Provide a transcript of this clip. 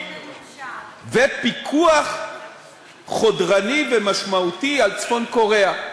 ופיקוח חודרני ומשמעותי על צפון-קוריאה.